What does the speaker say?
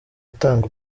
atanga